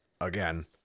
again